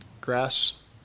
grass